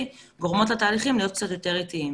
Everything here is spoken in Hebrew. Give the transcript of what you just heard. גורמות לתהליכים להיות קצת יותר איטיים.